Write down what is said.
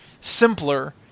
simpler